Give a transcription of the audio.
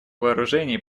вооружений